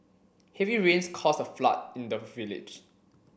heavy rains caused a flood in the village